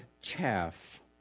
chaff